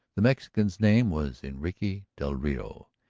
the mexican's name was enrique del rio.